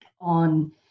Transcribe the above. on